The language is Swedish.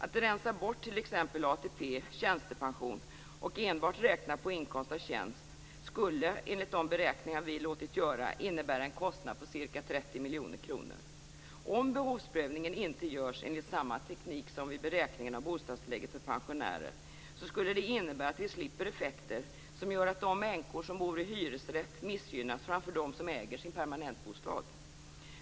Att rensa bort t.ex. ATP och tjänstepension och enbart räkna på inkomst av tjänst skulle, enligt de beräkningar vi låtit göra, innebära en kostnad på ca 30 miljoner kronor. Om behovsprövningen inte görs enligt samma teknik som vid beräkning av bostadstillägget för pensionärer, skulle det innebära att vi slipper effekter som gör att de änkor som bor i hyresrätt missgynnas framför de som äger sin permanentbostad.